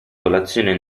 colazione